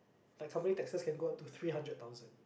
my company taxes can go up to three hundred thousand